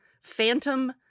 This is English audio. phantom